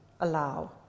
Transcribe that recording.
allow